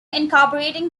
incorporating